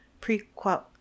Prequel